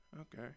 Okay